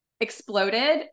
exploded